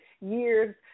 years